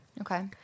Okay